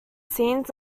scenes